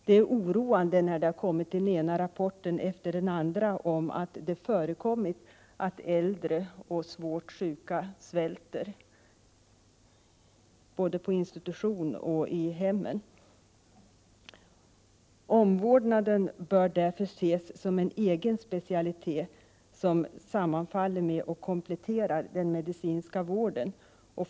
Det är oroande att det har kommit den ena rapporten efter den andra om att det förekommit att äldre och svårt sjuka svälter, både på institution och i hemmet. Omvårdnaden bör därför ses som en egen specialitet som sammanfaller med och kompletterar den medicinska vården.